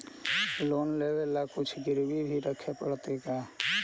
Loan लेबे ल कुछ गिरबी भी रखे पड़तै का?